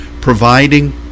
providing